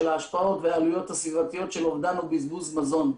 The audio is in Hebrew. ההשפעות והעלויות הסביבתיות של אובדן ובזבוז מזון.